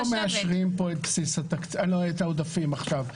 אנחנו לא מאשרים פה את העודפים עכשיו,